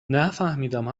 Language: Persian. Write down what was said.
نفهمیدم